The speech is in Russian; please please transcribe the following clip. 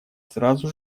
сразу